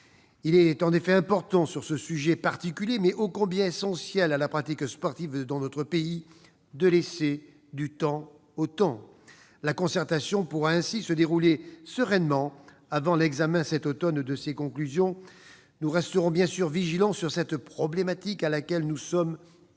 Il est en effet important, sur ce sujet particulier, mais ô combien essentiel à la pratique sportive dans notre pays, de laisser du temps au temps. La concertation pourra ainsi se dérouler sereinement, avant l'examen, cet automne, de ses conclusions. Nous resterons bien sûr vigilants sur cette problématique à laquelle nous sommes très